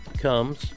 comes